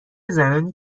زنانی